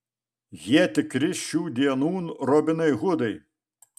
jie tikri šių dienų robinai hudai